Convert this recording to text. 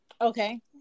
okay